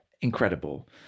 Incredible